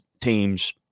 teams